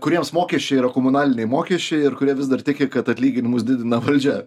kuriems mokesčiai yra komunaliniai mokesčiai ir kurie vis dar tiki kad atlyginimus didina valdžia